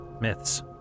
Myths